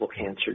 cancer